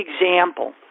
example